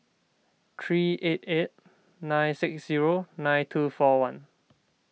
three eight eight nine six zero nine two four one